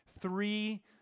three